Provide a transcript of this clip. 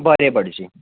बरें भटजी